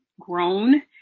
grown